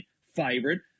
favorite